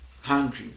hungry